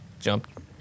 jump